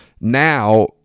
Now